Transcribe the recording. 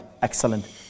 Excellent